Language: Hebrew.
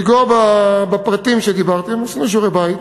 לגעת בפרטים שדיברתם עליהם.